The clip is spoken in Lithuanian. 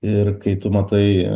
ir kai tu matai